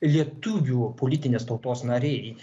lietuvių politinės tautos nariai